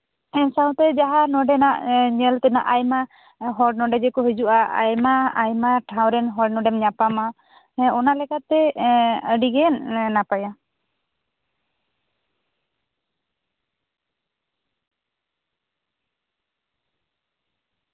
ᱮᱸ ᱥᱟᱶᱛᱮ ᱡᱟᱦᱟᱸ ᱱᱚᱸᱰᱮᱱᱟᱜ ᱧᱮᱞ ᱛᱮᱱᱟᱜ ᱟᱭᱢᱟ ᱦᱚᱲ ᱱᱚᱸᱰᱮ ᱡᱮᱠᱚ ᱦᱤᱡᱩᱜᱼᱟ ᱟᱭᱢᱟᱼᱟᱭᱢᱟ ᱴᱷᱟᱶ ᱨᱮᱱ ᱦᱚᱲ ᱱᱚᱸᱰᱮᱢ ᱧᱟᱯᱟᱢᱟ ᱦᱮᱸ ᱚᱱᱟᱞᱮᱟᱛᱮ ᱟᱹᱰᱤ ᱜᱮ ᱱᱟᱯᱟᱭᱟ